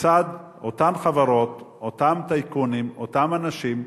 הכיצד אותן חברות, אותם טייקונים, אותם אנשים,